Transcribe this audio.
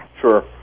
Sure